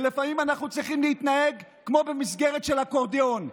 ולפעמים אנחנו צריכים להתנהג כמו במסגרת של אקורדיון,